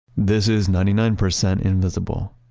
this is ninety nine percent invisible.